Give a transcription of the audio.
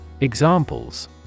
Examples